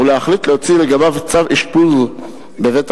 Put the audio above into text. ולהחליט להוציא לגביו צו אשפוז בבית-חולים.